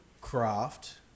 craft